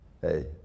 Hey